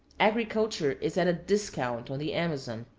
agriculture is at a discount on the amazon.